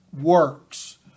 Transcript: works